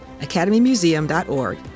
academymuseum.org